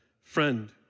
friend